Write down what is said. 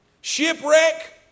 Shipwreck